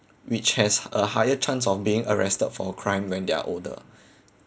which has a higher chance of being arrested for a crime when they're older